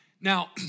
Now